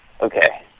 Okay